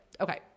okay